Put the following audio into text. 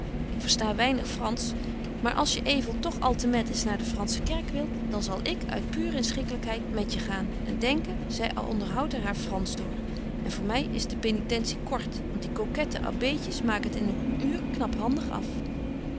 ik versta weinig fransch maar als je evel toch altemet eens naar de fransche kerk wilt dan zal ik uit pure inschikkelykheid met je gaan en denken zy onderhoudt er haar fransch door en voor my is de penitentie kort want die coquette abbeetjes maken het in een uur knaphandig af